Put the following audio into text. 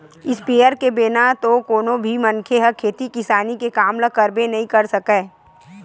sprayer के बिना तो कोनो भी मनखे ह खेती किसानी के काम ल करबे नइ कर सकय